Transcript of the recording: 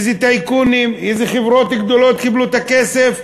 לאיזה טייקונים, איזה חברות גדולות קיבלו את הכסף.